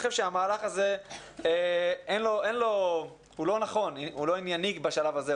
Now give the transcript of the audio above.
אתה חושב שהמהלך הזה לא עניני בשלב הזה.